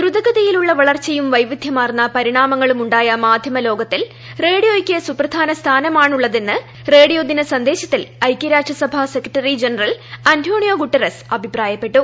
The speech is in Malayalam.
ദ്രുതഗതിയിലുള്ള വളർച്ചയും വൈവിദ്ധ്യമാർന്ന പരിണാമങ്ങളും ഉണ്ടായ മാധ്യമ ലോകത്തിൽ റേഡിയോയ്ക്ക് സുപ്രധാന സ്ഥാനമാണ് ഉള്ളതെന്ന് റേഡിയോ ദിന സന്ദേശത്തിൽ ഐക്യരാഷ്ട്ര സഭാ സെക്രട്ടറി ജനറൽ അന്റോണിയോ ഗുട്ടറസ് അഭിപ്രായപ്പെട്ടു